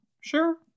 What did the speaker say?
sure